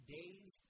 Days